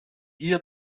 hier